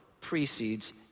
precedes